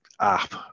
app